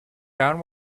town